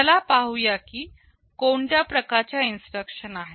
चला पाहुया की कोणत्या प्रकारच्या इन्स्ट्रक्शन आहेत